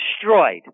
destroyed